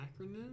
Acronym